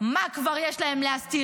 מה כבר יש להם להסתיר,